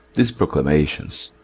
these proclamations,